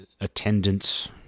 attendance